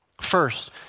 First